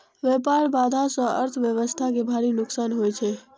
व्यापार बाधा सं अर्थव्यवस्था कें भारी नुकसान होइ छै